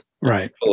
Right